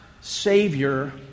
Savior